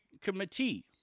Committee